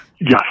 Yes